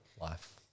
Life